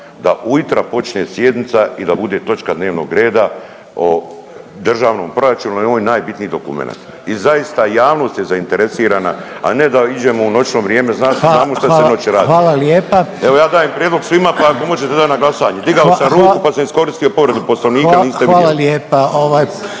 da ujutra počinje sjednica i da bude točka dnevnog reda o državnom proračunu jer je on najbitniji dokumenat. I zaista jasnost je zainteresirana, a ne da iđemo u noćno vrijeme, zna se .../Govornik se ne razumije./... radi. .../Upadica: Hvala lijepa./... Evo ja dajem prijedlog svima pa ako možete dat na glasanje. Digao sam ruku pa sam je iskoristio povredu Poslovnika, niste vidjeli. **Reiner,